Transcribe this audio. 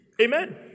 Amen